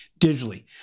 digitally